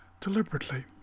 deliberately